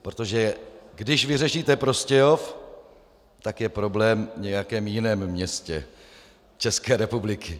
Protože když vyřešíte Prostějov, tak je problém v nějakém jiném městě České republiky.